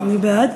אני בעד.